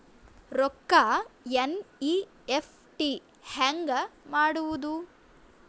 ರೊಕ್ಕ ಎನ್.ಇ.ಎಫ್.ಟಿ ಹ್ಯಾಂಗ್ ಮಾಡುವುದು?